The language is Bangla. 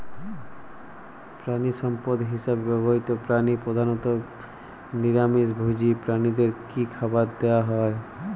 প্রাণিসম্পদ হিসেবে ব্যবহৃত প্রাণী প্রধানত নিরামিষ ভোজী প্রাণীদের কী খাবার দেয়া হয়?